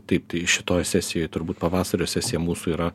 taip tai šitoj sesijoj turbūt pavasario sesija mūsų yra